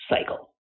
cycle